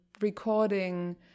recording